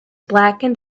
blackened